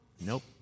Nope